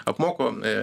apmoko e